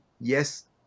yes